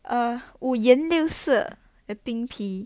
err 五颜六色的冰皮